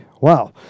Wow